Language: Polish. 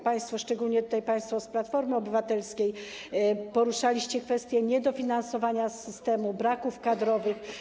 Państwo, szczególnie państwo z Platformy Obywatelskiej, poruszaliście kwestię niedofinansowania systemu, braków kadrowych.